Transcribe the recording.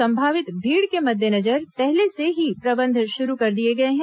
संभावित भीड़ के मद्देनजर पहले से ही प्रबंध शुरू कर दिए गए हैं